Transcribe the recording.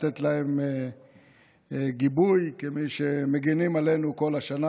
לתת להם גיבוי כמי שמגינים עלינו כל השנה.